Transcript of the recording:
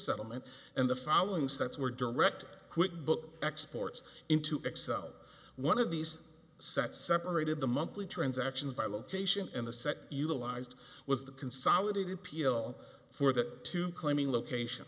settlement and the following steps were direct quick book exports into excel one of these set separated the monthly transactions by location and the second utilized was the consolidated appeal for the two claiming location